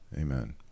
Amen